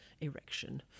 erection